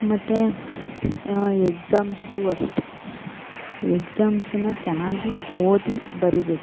ಮತ್ತು ಎಕ್ಸಾಮ್ಸು ಅಷ್ಟೇ ಎಕ್ಸಾಮ್ಸನ್ನು ಚೆನ್ನಾಗಿ ಓದಿ ಬರಿಬೇಕು